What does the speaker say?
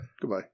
goodbye